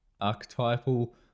archetypal